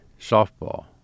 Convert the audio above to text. softball